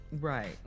Right